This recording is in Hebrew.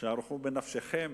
שערו בנפשכם